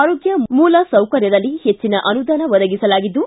ಆರೋಗ್ಯ ಮೂಲಸೌಕರ್ಯದಲ್ಲಿ ಹೆಚ್ಚಿನ ಅನುದಾನ ಒದಗಿಸಲಾಗಿದ್ದು